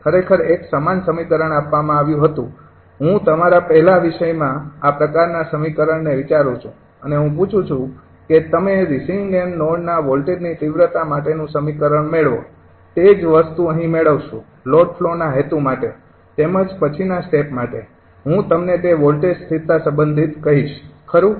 ખરેખર એક સમાન સમીકરણ આપવામાં આવ્યું હતું હું તમારા પહેલા વિષયમાં આ પ્રકારના સમીકરણ ને વિચારું છું અને હું પૂછું છું કે તમે રિસીવિંગ એન્ડ નોડના વોલ્ટેજની તીવ્રતા માટે નું સમીકરણ મેળવો તે જ વસ્તુ અહીં મેળવશુ લોડ ફ્લો ના હેતુ માટે તેમજ પછી ના સ્ટેપ માટે હું તમને તે વોલ્ટેજ સ્થિરતા સંબંધિત કહીશ ખરું